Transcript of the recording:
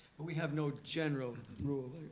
but we have no general rule